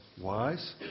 wise